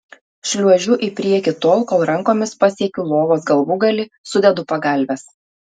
šliuožiu į priekį tol kol rankomis pasiekiu lovos galvūgalį sudedu pagalves